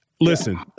Listen